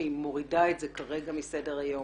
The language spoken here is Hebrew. שהיא מורידה את זה כרגע מסדר היום.